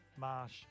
Marsh